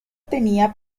tenía